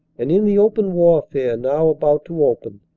and in the open warfare now about to open,